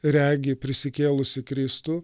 regi prisikėlusį kristų